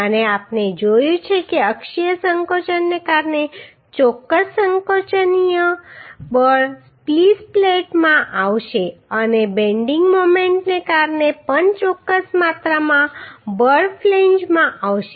અને આપણે જોયું છે કે અક્ષીય સંકોચનને કારણે ચોક્કસ સંકોચનીય બળ સ્પ્લીસ પ્લેટમાં આવશે અને બેન્ડિંગ મોમેન્ટને કારણે પણ ચોક્કસ માત્રામાં બળ ફ્લેંજમાં આવશે